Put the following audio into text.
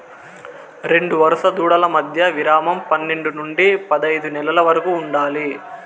రెండు వరుస దూడల మధ్య విరామం పన్నేడు నుండి పదైదు నెలల వరకు ఉండాలి